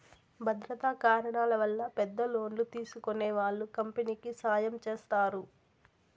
భద్రతా కారణాల వల్ల పెద్ద లోన్లు తీసుకునే వాళ్ళు కంపెనీకి సాయం చేస్తారు